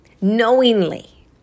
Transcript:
knowingly